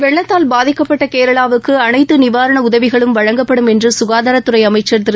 வெள்ளத்தால் பாதிக்கப்பட்ட கேரளாவுக்கு அனைத்து நிவாரண உதவிகளும் வழங்கப்படும் என்று சுகாதாரத்துறை அமைச்சர் திரு